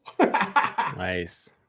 Nice